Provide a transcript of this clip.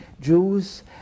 Jews